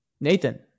Nathan